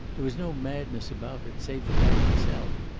there was no madness about it, save the fact itself,